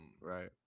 Right